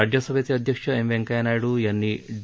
राज्यसभेचे अध्यक्ष एम व्यंकैय्या नायडू यांनी डी